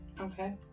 Okay